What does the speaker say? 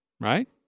right